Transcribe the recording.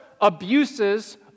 abuses